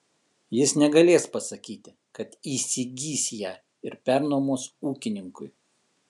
jis negalės pasakyti kad įsigys ją ir pernuomos ūkininkui